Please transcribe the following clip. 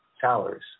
towers